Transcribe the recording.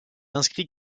inscrit